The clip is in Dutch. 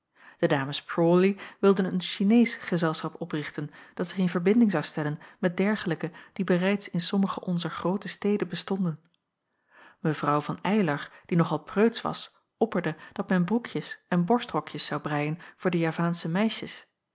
de dames prawley wilden een sineesch gezelschap oprichten dat zich in verbinding zou stellen met dergelijke die bereids in sommige onzer groote steden bestonden mevrouw van eylar die nog al preutsch was opperde dat men broekjes en borstrokjes zou breien voor de javaansche meisjes